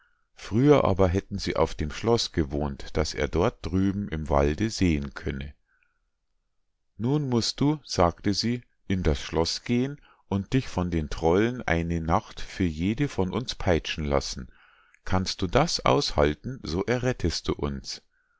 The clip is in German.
früher aber hätten sie auf dem schloß gewohnt das er dort drüben im walde sehen könne nun musst du sagte sie in das schloß gehen und dich von den trollen eine nacht für jede von uns peitschen lassen kannst du das aushalten so errettest du uns